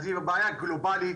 אז היא בעיה גלובלית,